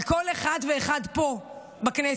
על כל אחד ואחד פה בכנסת,